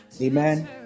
Amen